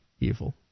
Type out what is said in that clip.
evil